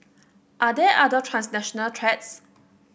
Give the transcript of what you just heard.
are there other transnational threats